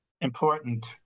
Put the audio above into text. important